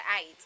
eight